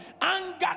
Anger